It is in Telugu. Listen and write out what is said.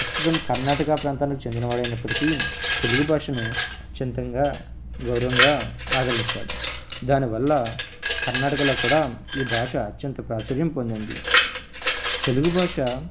ప్రస్తుతం కర్ణాటక ప్రాంతానికి చెందిన వాడు అయినప్పటికీ తెలుగు భాషను అత్యంతంగా గౌరవంగా ఆదరించాడు దానివల్ల కర్ణాటకలో కూడా ఈ భాష అత్యంత ప్రాచుర్యం పొందింది తెలుగు భాష